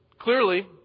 clearly